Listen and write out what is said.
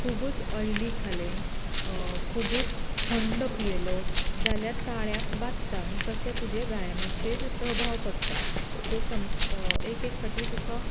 खुबूच ओयली खालें खुबूच थंड पियेलो जाल्यार ताळ्याक बादता आनी तशें तुजे गायनाचेर प्रभाव पडटा सो सम एक एक फावटीं तुका